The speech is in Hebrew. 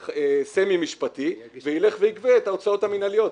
סמי-משפטי ויגבה את ההוצאות המינהליות,